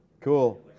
Cool